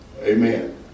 Amen